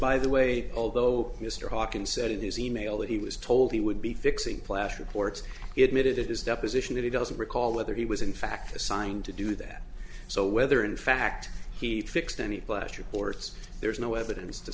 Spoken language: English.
by the way although mr hawking said in his e mail that he was told he would be fixing flash reports it made it his deposition that he doesn't recall whether he was in fact assigned to do that so whether in fact he fixed any pleasure or it's there's no evidence to